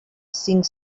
cinc